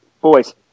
boys